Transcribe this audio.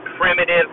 primitive